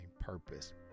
purpose